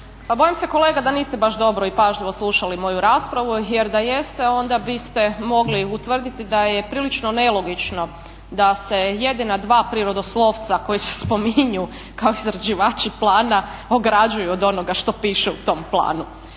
bojim se kolega da niste baš dobro i pažljivo slušali moju raspravu jer da jeste onda biste mogli utvrditi da je prilično nelogično da se jedina dva prirodoslovca koja se spominju kao izrađivači plana ograđuju od onoga što piše u tom planu.